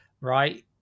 right